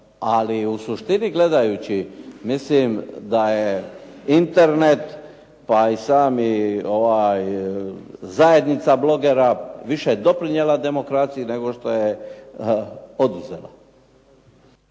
Ali u suštini gledajući, mislim da je Internet pa i sama zajednica bloger više doprinijela demokraciji nego što je oduzela.